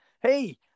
Hey